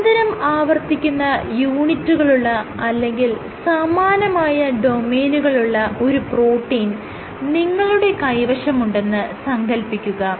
നിരന്തരം ആവർത്തിക്കുന്ന യൂണിറ്റുകളുള്ള അല്ലെങ്കിൽ സമാനമായ ഡൊമെയ്നുകളുള്ള ഒരു പ്രോട്ടീൻ നിങ്ങളുടെ കൈവശമുണ്ടെന്ന് സങ്കൽപ്പിക്കുക